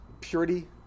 purity